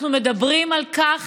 אנחנו מדברים על כך